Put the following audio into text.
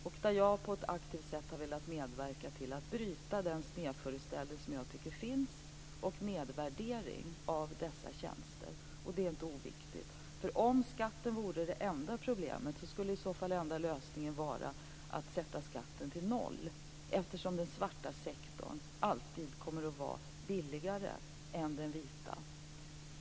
Jag har på ett aktivt sätt velat medverka till att bryta den snedföreställning och nedvärdering som finns av dessa tjänster, och det är inte oviktigt. Om skatten vore det enda problemet skulle den enda lösningen i så fall vara att fastställa skatten till noll, eftersom den svarta sektorn alltid kommer att vara billigare än den vita.